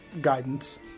guidance